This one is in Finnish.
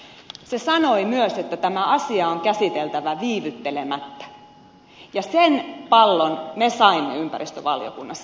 se sanoi myös että tämä asia on käsiteltävä viivyttelemättä ja sen pallon me saimme ympäristövaliokunnassa